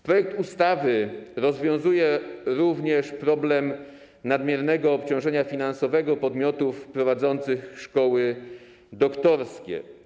Projekt ustawy rozwiązuje również problem nadmiernego obciążenia finansowego podmiotów prowadzących szkoły doktorskie.